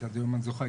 עד היום אני זוכר,